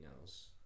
else